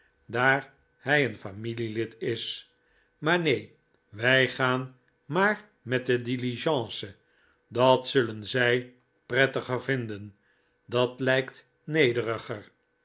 daar hij een familielid is maar nee wij gaan maar met de diligence dat zullen zij prettiger vinden dat lijkt nederiger